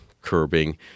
curbing